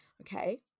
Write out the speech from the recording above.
Okay